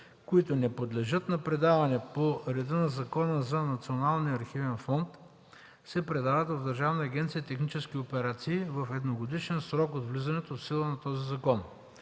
които не подлежат на предаване по реда на Закона за Националния архивен фонд, се предават в Държавна агенция „Технически операции” в едногодишен срок от влизането в сила на този закон.